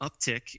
uptick